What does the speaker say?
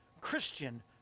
Christian